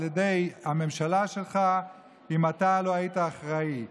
ידי הממשלה שלך אם אתה לא היית אחראי.